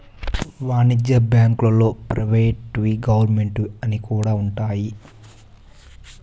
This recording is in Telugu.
వాణిజ్య బ్యాంకుల్లో ప్రైవేట్ వి గవర్నమెంట్ వి కూడా ఉన్నాయి